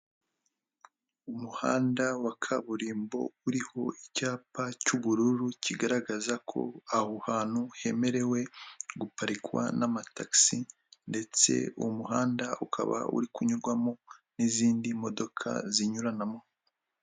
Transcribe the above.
Umuhanda wa kaburimbo uriho icyapa cy'ubururu kigaragaza ko aho hantu hemerewe guparikwa n'amatagisi, ndetse uwo umuhanda ukaba uri kunyurwamo n'izindi modoka zinyuranamo.